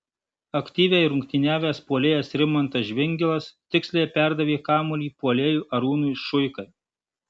aktyviai rungtyniavęs puolėjas rimantas žvingilas tiksliai perdavė kamuolį puolėjui arūnui šuikai